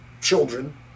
children